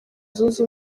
zunze